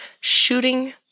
shooting